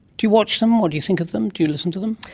do you watch them or do you think of them, do you listen to them?